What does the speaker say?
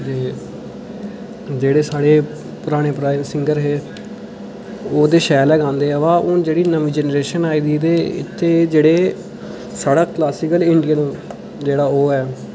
ते जेह्ड़े साढ़े पराने पराने सिगंर हैेओह् ते शैल गै गादे हे पर हून जेह्ड़ी नमीं जनरेशन आई दी ते इत्थै जेह्डे़े साढ़े क्लासीकल इंडियन